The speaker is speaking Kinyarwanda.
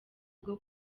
bwo